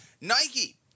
nike